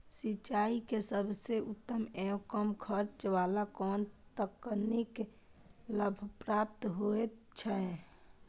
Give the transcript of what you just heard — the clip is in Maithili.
सिंचाई के सबसे उत्तम एवं कम खर्च वाला कोन तकनीक लाभप्रद होयत छै?